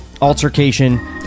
Altercation